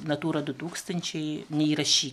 natūra du tūkstančiai neįrašy